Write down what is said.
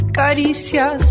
caricias